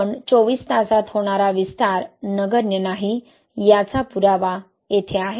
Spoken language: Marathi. पण २४ तासांत होणारा विस्तार नगण्य नाही याचा पुरावा येथे आहे